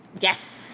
Yes